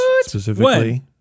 specifically